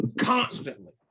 constantly